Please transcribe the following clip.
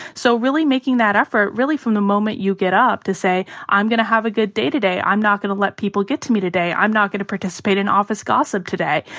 so really making that effort, really from the moment you get up to say i'm going to have a good day to day. i'm not going to let people get to me today. i'm not going to participate in office gossip today.